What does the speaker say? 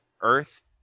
Earth